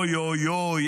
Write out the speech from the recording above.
אוי אוי אוי,